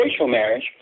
marriage